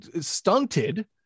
stunted